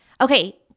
Okay